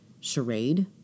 charade